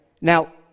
Now